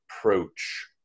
approach